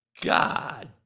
God